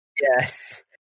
yes